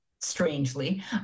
strangely